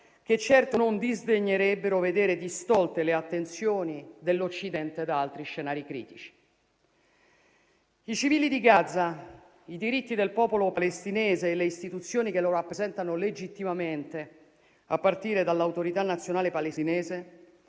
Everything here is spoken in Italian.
che certo non disdegnerebbero vedere distolte le attenzioni dell'Occidente da altri scenari critici. I civili di Gaza, i diritti del popolo palestinese e le istituzioni che lo rappresentano legittimamente, a partire dall'Autorità nazionale palestinese,